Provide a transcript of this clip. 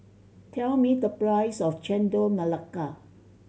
tell me the price of Chendol Melaka